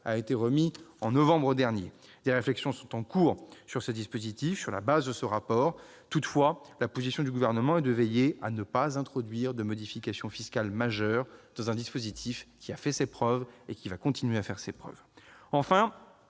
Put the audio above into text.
a été remis en novembre dernier. Des réflexions sont en cours sur ces dispositifs, sur la base de ce rapport. Toutefois, la position du Gouvernement est de veiller à ne pas introduire de modifications fiscales majeures dans un dispositif qui a fait ses preuves et qui continuera à faire ses preuves. Enfin,